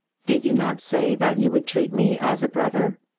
did you not say that you would treat me as a brother?